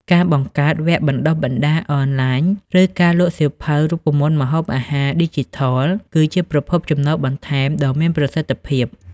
ការបង្កើតវគ្គបណ្តុះបណ្តាលអនឡាញ ឬការលក់សៀវភៅរូបមន្តម្ហូបអាហារឌីជីថល គឺជាប្រភពចំណូលបន្ថែមដ៏មានប្រសិទ្ធភាព។